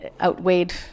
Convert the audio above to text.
outweighed